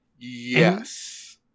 Yes